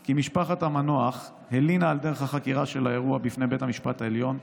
כי משפחת המנוח הלינה על דרך החקירה של האירוע בפני בית המשפט העליון,